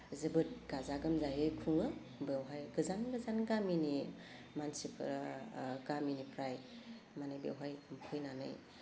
जोबोद गाजा गोमजायै खुङो बेवहाय गोजान गोजान गामिनि मानसिफो गामिनिफ्राय माने बेवहाय फैनानै